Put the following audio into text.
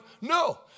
No